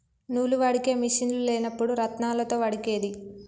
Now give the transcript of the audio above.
నూలు వడికే మిషిన్లు లేనప్పుడు రాత్నాలతో వడికేది